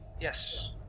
Yes